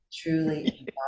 truly